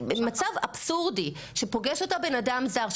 מצב אבסורדי שפוגש אותה בנאדם זר,